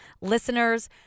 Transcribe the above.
listeners